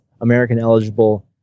American-eligible